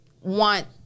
want